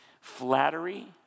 Flattery